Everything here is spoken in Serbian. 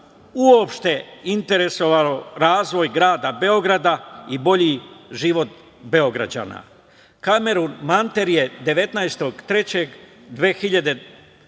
uopšte interesovao razvoj grada Beograda i bolji život Beograđana. Kamerun Manter je 19.